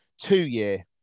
two-year